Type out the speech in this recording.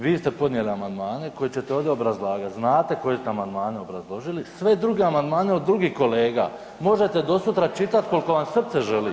Vi ste podnijeli amandmane koje ćete ovdje obrazlagat, znate koji ste amandmane obrazložili sve druge amandmane od drugih kolega možete do sutra čitat koliko vam srce želi.